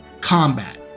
combat